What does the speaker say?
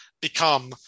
become